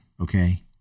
Okay